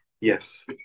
yes